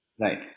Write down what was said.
Right